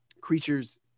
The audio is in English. Creatures